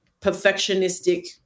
perfectionistic